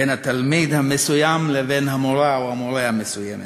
בין התלמיד המסוים לבין המורה או המורה המסוימים.